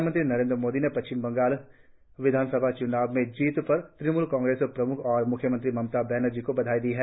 प्रधानमंत्री नरेन्द्र मोदी ने पश्चिम बंगाल विधानसभा च्नाव में जीत पर तृणमूल कांग्रेस प्रमुख और मुख्यमंत्री ममता बनर्जी को बधाई दी है